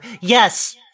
Yes